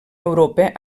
europa